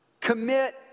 commit